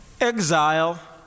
Exile